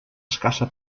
escassa